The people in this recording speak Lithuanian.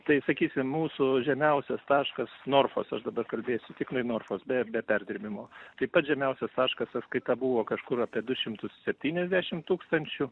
tai sakysim mūsų žemiausias taškas norfos aš dabar kalbėsiu tiknai norfos be be perdirbimo tai pats žemiausias taškas sąskaita buvo kažkur apie du šimtus septyniasdešim tūkstančių